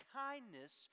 kindness